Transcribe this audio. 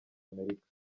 amerika